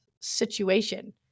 situation